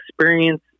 experience